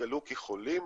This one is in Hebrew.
התגלו כחולים